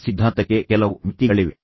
ಈ ಸಿದ್ಧಾಂತಕ್ಕೆ ಕೆಲವು ಮಿತಿಗಳಿವೆ